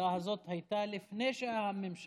השיחה הזאת הייתה לפני שהממשלה